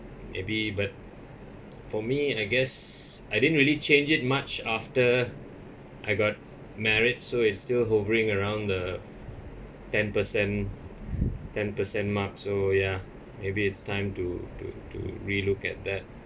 maybe but for me I guess I didn't really change it much after I got married so it's still hovering around the ten percent ten percent marks so ya maybe it's time to to to relook at that